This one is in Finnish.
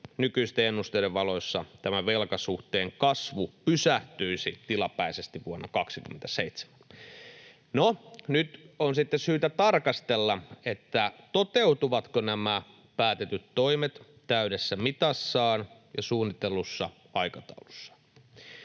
nykyisten ennusteiden valossa tämä velkasuhteen kasvu pysähtyisi tilapäisesti vuonna 27. No, nyt on sitten syytä tarkastella, toteutuvatko nämä päätetyt toimet täydessä mitassaan ja suunnitellussa aikataulussa.